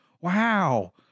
Wow